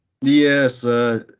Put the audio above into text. Yes